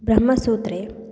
ब्रह्मसूत्रे